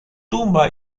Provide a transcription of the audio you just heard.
tumba